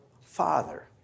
father